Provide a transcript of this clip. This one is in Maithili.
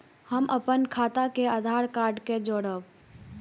हम अपन खाता के आधार कार्ड के जोरैब?